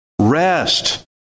rest